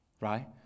right